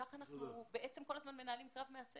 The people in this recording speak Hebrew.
כך אנחנו בעצם כל הזמן מנהלים קרב מאסף.